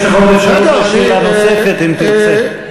יש לך עוד אפשרות לשאלה נוספת, אם תרצה.